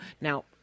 Now